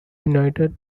united